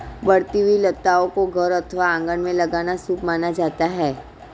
बढ़ती हुई लताओं को घर अथवा आंगन में लगाना शुभ माना जाता है